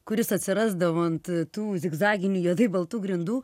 kuris atsirasdavo ant tų zigzaginių juodai baltų grindų